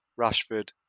Rashford